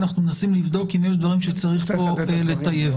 אנחנו מנסים לבדוק אם יש דברים שצריך פה לטייב.